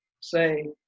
say